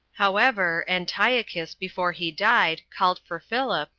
however, antiochus, before he died, called for philip,